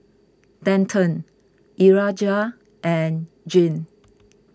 Denton Urijah and Jean